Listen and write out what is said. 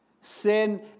Sin